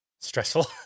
Stressful